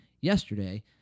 yesterday